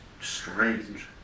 strange